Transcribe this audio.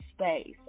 space